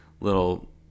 little